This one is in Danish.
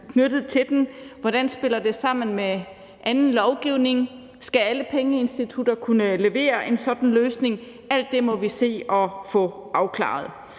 knyttet til den, hvordan det spiller sammen med anden lovgivning, om alle pengeinstitutter skal kunne en sådan løsning. Alt det må vi se at få afklaret.